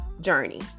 journey